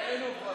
כבר הודינו.